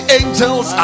angels